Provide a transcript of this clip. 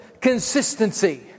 consistency